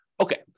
Okay